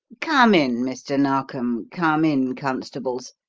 come in, mr. narkom come in, constables,